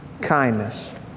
kindness